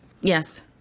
Yes